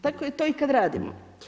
Tako je to i kad radimo.